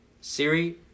Siri